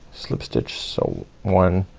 slip stitch so one,